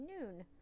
noon